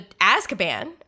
Azkaban